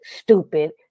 stupid